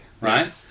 Right